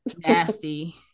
nasty